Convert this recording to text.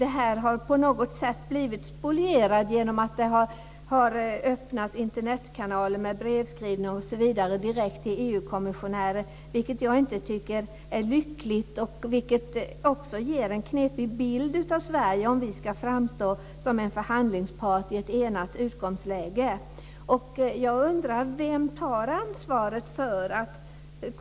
Det har på något sätt blivit spolierat genom att det har öppnats Internetkanaler med brevskrivning osv. direkt till EU kommissionärer, vilket jag inte tycker är lyckligt. Det ger också en knepig bild av Sverige om vi ska framstå som en förhandlingspart i ett enat utgångsläge. Vem tar ansvaret?